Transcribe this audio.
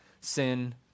sin